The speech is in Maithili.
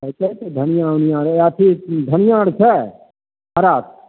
होइ छै ने धनिऑं ऊनिऑं आ अथी धनिऑं आर छै खराब